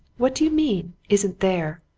what do you mean isn't there!